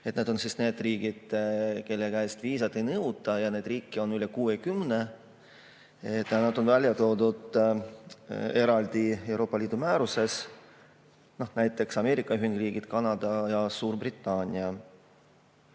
Need on riigid, kelle käest viisat ei nõuta, ja neid riike on üle 60. Need on välja toodud eraldi Euroopa Liidu määruses, näiteks Ameerika Ühendriigid, Kanada ja Suurbritannia.